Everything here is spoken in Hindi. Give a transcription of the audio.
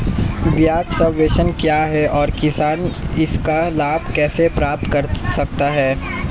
ब्याज सबवेंशन क्या है और किसान इसका लाभ कैसे प्राप्त कर सकता है?